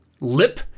lip